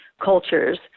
cultures